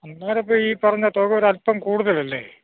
അന്നേരം ഇപ്പം ഈ പറഞ്ഞ തുക ഒരല്പം കൂടുതൽ അല്ലേ